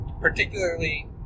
particularly